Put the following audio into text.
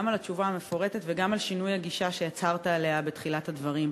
גם על התשובה המפורטת וגם על שינוי הגישה שהצהרת עליה בתחילת הדברים.